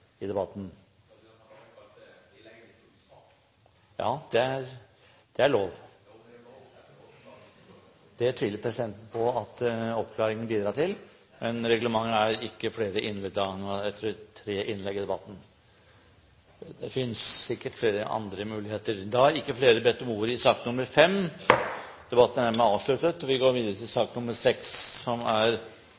debatten. Sandberg kalte innlegget mitt «usaklig». Det er lov. Jeg ønsker ordet til en åpenbar misforståelse. Presidenten tviler på at oppklaringen bidrar til det, men reglementet er at det ikke er flere anledninger etter tre innlegg i debatten. Det fins sikkert andre muligheter. Flere har ikke bedt om ordet i sak